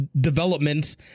developments